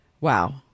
Wow